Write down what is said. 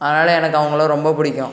அதனால் எனக்கு அவங்களை ரொம்ப பிடிக்கும்